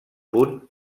punt